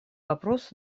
вопрос